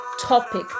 topic